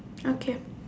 okay